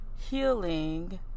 healing